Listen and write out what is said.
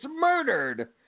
murdered